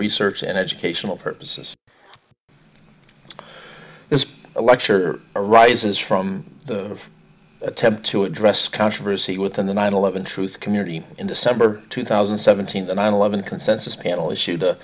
research and educational purposes as a lecture arises from the attempt to address controversy within the nine eleven truth community in december two thousand seven hundred to nine eleven consensus panel issue